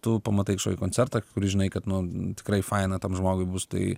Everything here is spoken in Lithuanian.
tu pamatai kažkokį koncertą kur žinai kad nu tikrai faina tam žmogui bus tai